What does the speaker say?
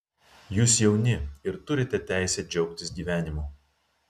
jūs jauni ir turite teisę džiaugtis gyvenimu